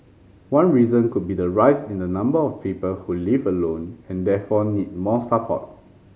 one reason could be the rise in the number of people who live alone and therefore need more support